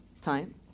time